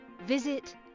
Visit